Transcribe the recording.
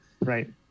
Right